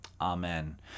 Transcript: Amen